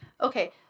Okay